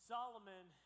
Solomon